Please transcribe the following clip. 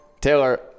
Taylor